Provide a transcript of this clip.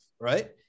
right